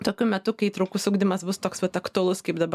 tokiu metu kai įtraukus ugdymas bus toks vat aktualus kaip dabar